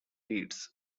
reads